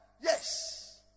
yes